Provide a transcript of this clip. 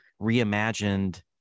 reimagined